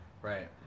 Right